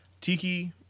Tiki